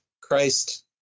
Christ